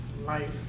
Life